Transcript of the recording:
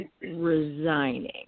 resigning